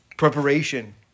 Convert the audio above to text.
Preparation